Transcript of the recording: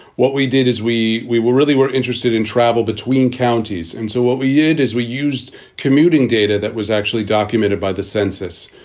what we did is we we really were interested in travel between counties. and so what we yeah did is we used commuting data that was actually documented by the census.